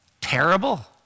Terrible